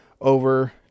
over